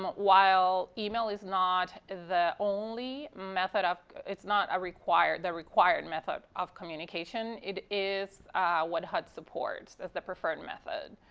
but while email is not the only method of it's not the required method of communication. it is what hud supports as the preferred method.